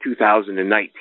2019